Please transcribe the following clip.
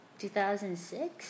2006